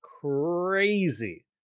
crazy